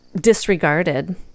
disregarded